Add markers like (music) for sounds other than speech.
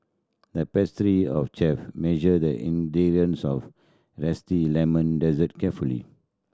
the pastry of chef measured the (unintelligible) zesty lemon dessert carefully